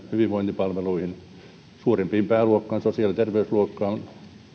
hyvinvointipalveluihin suurimpiin pääluokkiin sosiaali ja terveyspääluokkaan